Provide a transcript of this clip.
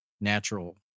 natural